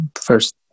first